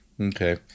Okay